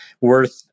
worth